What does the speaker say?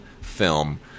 film